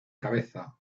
cabeza